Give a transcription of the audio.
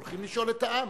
הולכים לשאול את העם.